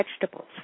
vegetables